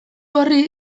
horri